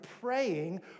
praying